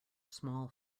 small